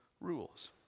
rules